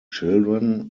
children